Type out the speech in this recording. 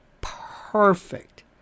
perfect